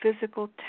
physical